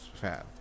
fan